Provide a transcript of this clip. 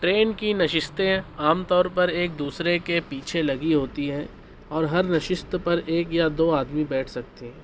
train کی نشستیں عام طور پر ایک دوسرے کے پیچھے لگی ہوتی ہیں اور ہر نشست پر ایک یا دو آدمی بیٹھ سکتے ہیں